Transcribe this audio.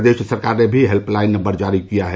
प्रदेश सरकार ने भी हेल्पलाइन नम्बर जारी किया है